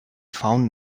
found